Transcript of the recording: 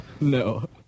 No